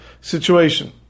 situation